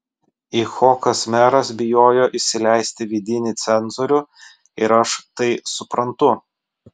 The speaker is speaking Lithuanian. icchokas meras bijojo įsileisti vidinį cenzorių ir aš tai suprantu